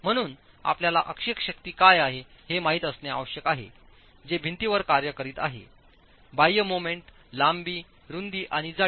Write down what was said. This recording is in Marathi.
म्हणून आपल्याला अक्षीय शक्ती काय आहे हे माहित असणे आवश्यक आहे जे भिंतीवर कार्य करीत आहे बाह्य मोमेंट लांबी रुंदी आणि जाडी